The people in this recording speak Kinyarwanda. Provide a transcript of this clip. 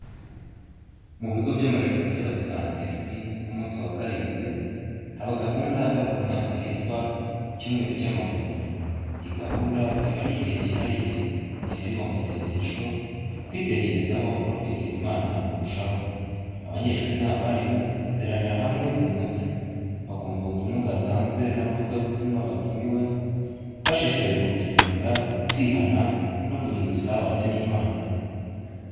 Mu bigo by’amashuri by’Abadiventisiti b’umunsi wa karindwi, haba gahunda ngarukamwaka yitwa “Icyumweru cy’Amavuna. Iyi gahunda iba ari igihe cyihariye gihariwe amasengesho, kwitekerezaho no kwegera Imana kurushaho. Abanyeshuri n’abarimu bateranira hamwe buri munsi, bakumva ubutumwa bwatanzwe n’abavugabutumwa batumiwe, bashishikarizwa gusenga, kwihana no kugira ubusabane n’Imana.